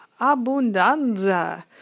abundanza